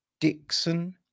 Dixon